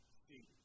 see